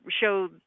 show